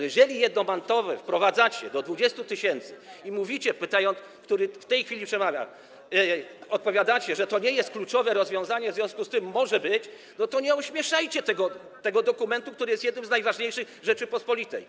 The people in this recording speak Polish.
Jeżeli jednomandatowe wprowadzacie w tych do 20 tys. i mówicie... pytającemu, który w tej chwili przemawia, odpowiadacie, że to nie jest kluczowe rozwiązanie, w związku z tym może być, to nie ośmieszajcie tego dokumentu, który jest jednym z najważniejszych w Rzeczypospolitej.